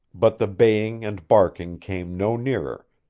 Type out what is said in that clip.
but the baying and barking came no nearer,